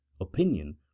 opinion